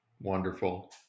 Wonderful